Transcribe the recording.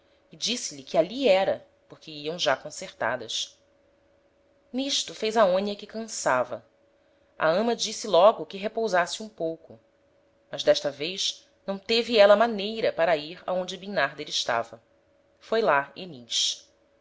e disse-lhe que ali era porque iam já concertadas n'isto fez aonia que cansava a ama disse logo que repousasse um pouco mas d'esta vez não teve éla maneira para ir aonde bimnarder estava foi lá enis